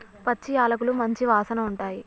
పచ్చి యాలకులు మంచి వాసన ఉంటాయి